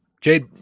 Jade